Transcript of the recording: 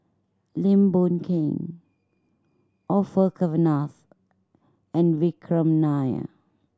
Lim Boon Keng Orfeur Cavenagh and Vikram Nair